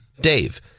Dave